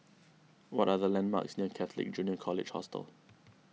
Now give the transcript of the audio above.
what are the landmarks near Catholic Junior College Hostel